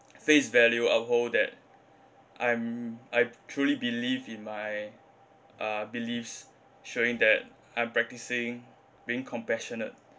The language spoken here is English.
face value uphold that I'm I truly believe in my uh beliefs showing that I'm practising being compassionate